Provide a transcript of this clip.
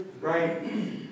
right